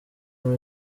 muri